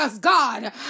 God